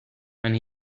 and